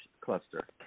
cluster